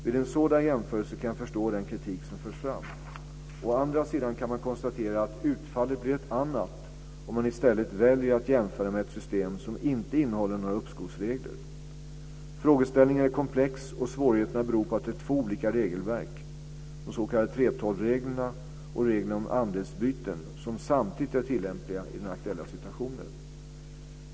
Vid en sådan jämförelse kan jag förstå den kritik som förs fram. Å andra sidan kan man konstatera att utfallet blir ett annat om man i stället väljer att jämföra med ett system som inte innehåller några uppskovsregler. Frågeställningen är komplex, och svårigheterna beror på att det är två olika regelverk - de s.k. 3:12 reglerna och reglerna om andelsbyten - som samtidigt är tillämpliga i den aktuella situationen.